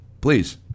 please